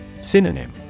Synonym